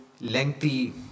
lengthy